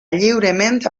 lliurement